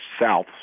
south